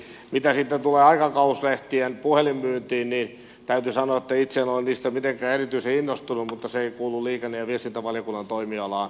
mitä sitten tulee aikakauslehtien puhelinmyyntiin niin täytyy sanoa että itse en ole niistä mitenkään erityisen innostunut mutta se ei kuulu liikenne ja viestintävaliokunnan toimialaan